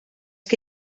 que